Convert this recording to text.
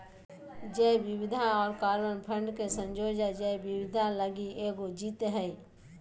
जैव विविधता और कार्बन फंड के संयोजन जैव विविधता लगी एगो जीत हइ